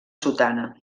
sotana